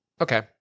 Okay